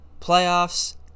playoffs